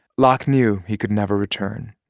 locke knew he could never return.